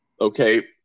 okay